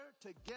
together